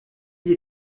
ils